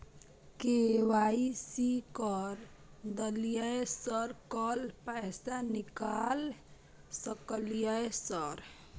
KYC कर दलियै sir कल पैसा निकाल सकलियै सर?